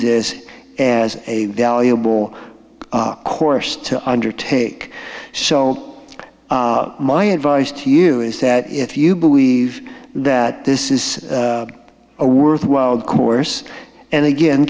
this as a valuable course to undertake so all my advice to you is that if you believe that this is a worthwhile course and again